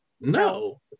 no